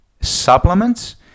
supplements